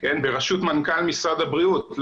בראשות מנכ"ל משרד הבריאות,